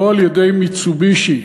לא על-ידי "מיצובישי".